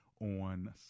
on